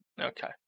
Okay